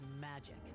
magic